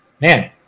Man